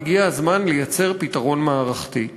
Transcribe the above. הגיע הזמן לייצר פתרון מערכתי,